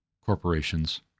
corporations